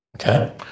Okay